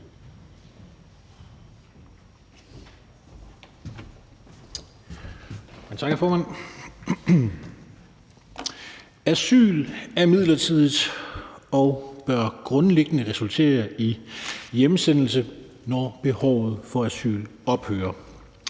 Asyl er midlertidigt og bør grundliggende resultere i hjemsendelse, når behovet for asyl ophører.